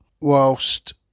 whilst